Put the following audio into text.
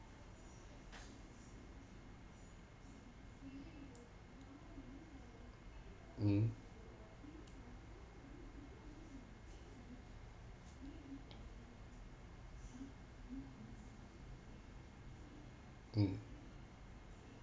mmhmm mm